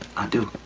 i do.